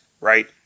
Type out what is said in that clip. right